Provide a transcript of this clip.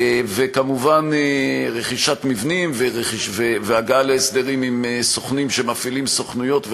וכמובן רכישת מבנים והגעה להסדרים עם סוכנים שמפעילים סוכנויות,